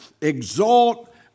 exalt